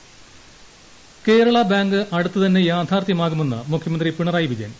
Pinarayi Kerala bank അടുത്തുതന്നെ യാഥാർത്ഥ്യമാകുമെന്ന് മുഖ്യമന്ത്രി പിണറായി വിജയൻ